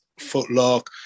footlock